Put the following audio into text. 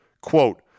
Quote